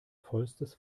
vollstes